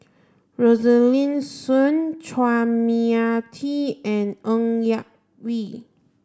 Rosaline Soon Chua Mia Tee and Ng Yak Whee